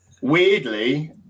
Weirdly